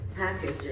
package